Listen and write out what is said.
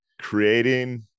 creating